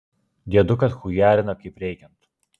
diedukas chujarina kaip reikiant